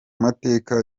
mateka